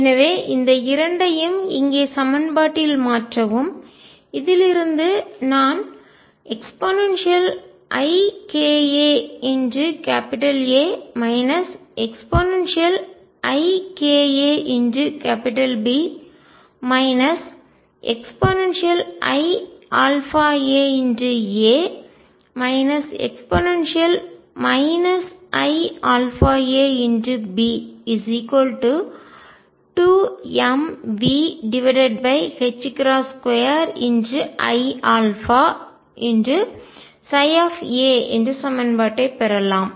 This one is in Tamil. எனவே இந்த இரண்டையும் இங்கே சமன்பாட்டில் மாற்றவும் இதிலிருந்த நான் eiαaA e iαaB2mV2iαψஎன்ற சமன்பாட்டை பெறலாம்